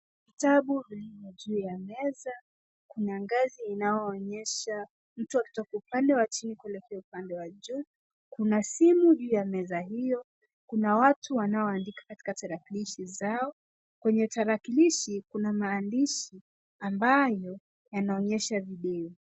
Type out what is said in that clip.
Vitabu viko juu ya meza. Kuna ngazi inayoonyesha mtu akitoka upande wa chini kuelekea upande wa juu. Kuna simu juu ya meza hio, kuna watu wanaondika katika tarakilishi zao. Kwenye tarakilishi, kuna maandishi ambayo yanaonyesha video.